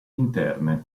interne